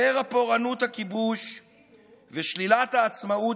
זרע פורענות הכיבוש ושלילת העצמאות